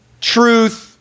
truth